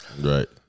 Right